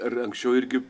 ar anksčiau irgi